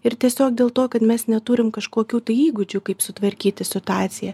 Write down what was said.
ir tiesiog dėl to kad mes neturim kažkokių tai įgūdžių kaip sutvarkyti situaciją